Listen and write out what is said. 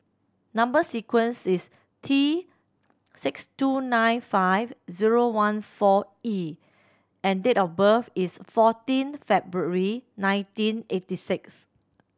number sequence is T six two nine five zero one four E and date of birth is fourteen February nineteen eighty six